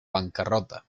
bancarrota